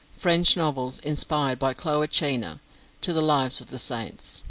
french novels inspired by cloacina to the lives of the saints.